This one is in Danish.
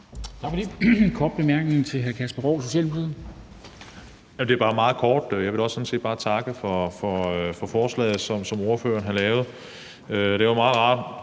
Det er bare meget kort. Jeg vil sådan set også bare takke for forslaget, som ordføreren har lavet. Det er jo rart